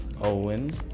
Owen